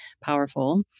powerful